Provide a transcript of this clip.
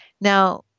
Now